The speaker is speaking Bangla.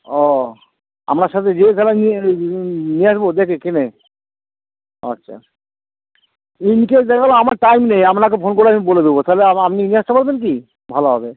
ও আপনার সাথে যেয়ে তাহলে আমি নিয়ে আসবো দেখে কিনে আচ্ছা ইন কেস দেখলেও আমার টাইম নেই আপনাকে ফোন করে আমি বলে দেবো তাহলে আপনি নিয়ে আসতে পারবেন কি ভালো হবে